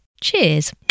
Cheers